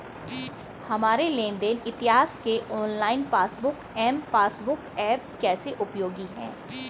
हमारे लेन देन इतिहास के online passbook M passbook app कैसे उपयोगी है?